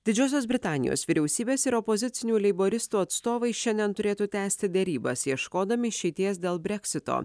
didžiosios britanijos vyriausybės ir opozicinių leiboristų atstovai šiandien turėtų tęsti derybas ieškodami išeities dėl breksito